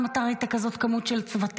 אתה ראית פעם כמות כזאת של צוותים?